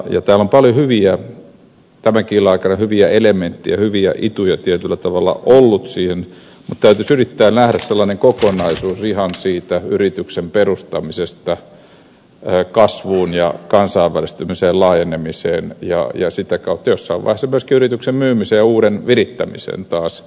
täällä on tämänkin illan aikana paljon hyviä elementtejä hyviä ituja tietyllä tavalla ollut siihen mutta täytyisi yrittää nähdä sellainen kokonaisuus ihan siitä yrityksen perustamisesta kasvuun ja kansainvälistymiseen laajenemiseen ja sitä kautta jossain vaiheessa myöskin yrityksen myymiseen ja uuden virittämiseen taas